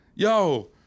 Yo